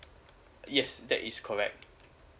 yes that is correct